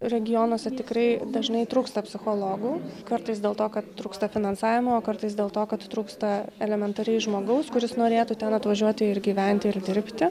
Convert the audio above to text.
regionuose tikrai dažnai trūksta psichologų kartais dėl to kad trūksta finansavimo o kartais dėl to kad trūksta elementariai žmogaus kuris norėtų ten atvažiuoti ir gyventi ir dirbti